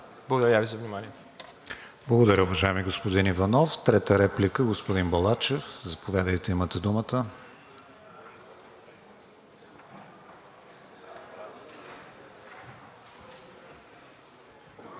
Благодаря Ви за вниманието.